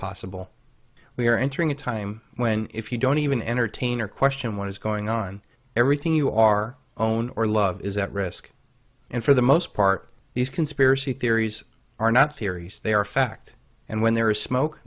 possible we are entering a time when if you don't even entertain or question what is going on everything you are own or love is at risk and for the most part these conspiracy theories are not serious they are fact and when there is smoke